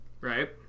Right